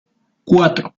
cuatro